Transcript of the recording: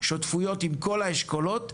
שותפויות עם כל האשכולות,